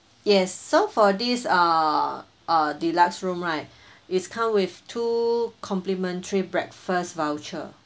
yes so for this uh uh deluxe room right is come with two complimentary breakfast voucher